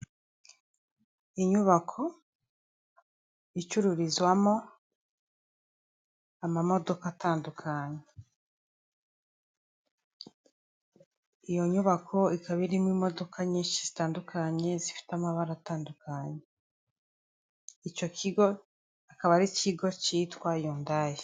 Inyubako icururizwamo amamodoka atandukanye. Iyo nyubako ikaba irimo imodokoa nyinshi zitandukanye zifite amabara atandukanye. Icyo kigo akaba ari ikigo cyitwa yundayi.